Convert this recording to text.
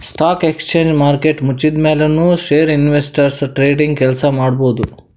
stock exchange market ಮುಚ್ಚಿದ್ಮ್ಯಾಲ್ ನು share investors trading ಕೆಲ್ಸ ಮಾಡಬಹುದ್